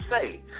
say